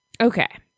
okay